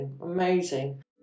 Amazing